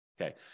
Okay